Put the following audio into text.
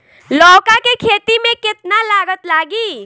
लौका के खेती में केतना लागत लागी?